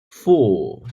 four